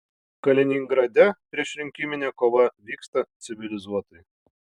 kaliningrade priešrinkiminė kova vyksta civilizuotai